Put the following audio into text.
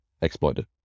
exploited